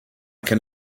can